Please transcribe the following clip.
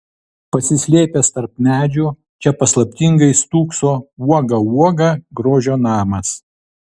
pasislėpęs tarp medžių čia paslaptingai stūkso uoga uoga grožio namas